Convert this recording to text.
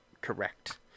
correct